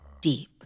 deep